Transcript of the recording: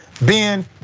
Ben